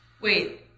Wait